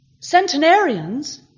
centenarians